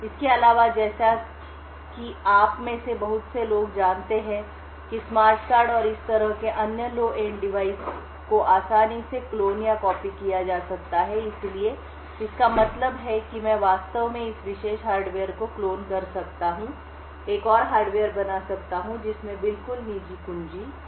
इसके अलावा जैसा कि आप में से बहुत से लोग जानते होंगे कि स्मार्ट कार्ड और इस तरह के अन्य लो एंड डिवाइस को आसानी से क्लोन या कॉपी किया जा सकता है इसलिए इसका मतलब है कि मैं वास्तव में इस विशेष हार्डवेयर को क्लोन कर सकता हूं एक और हार्डवेयर बना सकता हूं जिसमें बिल्कुल निजी कुंजी है